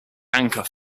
anchor